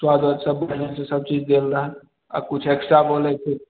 स्वाद आर सब पहले से सब चीज देल रहत अब किछु एक्स्ट्रा बोलैके